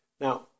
Now